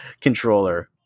controller